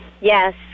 Yes